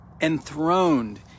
enthroned